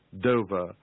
Dover